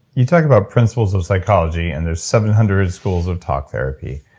you talked about principles of psychology, and there's seven hundred schools of talk therapy.